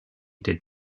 did